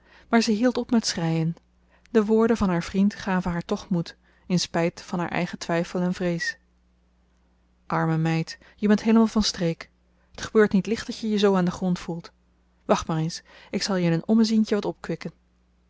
maar zij hield op met schreien de woorden van haar vriend gaven haar toch moed in spijt van haar eigen twijfel en vrees arme meid je bent heelemaal van streek t gebeurt niet licht dat je je zoo aan den grond voelt wacht maar eens ik zal je in een ommezientje wat opkwikken